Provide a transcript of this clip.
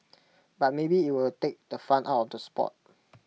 but maybe IT will take the fun out of the Sport